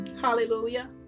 hallelujah